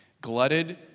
Glutted